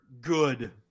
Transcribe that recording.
good